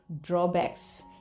drawbacks